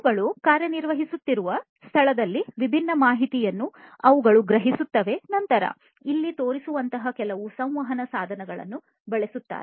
ಅವುಗಳು ಕಾರ್ಯನಿರ್ವಹಿಸುತ್ತಿರುವ ಸ್ಥಳದಲ್ಲಿ ವಿಭಿನ್ನ ಮಾಹಿತಿಯನ್ನು ಅವುಗಳು ಗ್ರಹಿಸುತ್ತವೆ ಮತ್ತು ನಂತರ ಇಲ್ಲಿ ತೋರಿಸಿರುವಂತಹ ಕೆಲವು ಸಂವಹನ ಸಾಧನಗಳನ್ನು ಬಳಸುತ್ತವೆ